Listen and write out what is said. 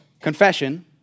confession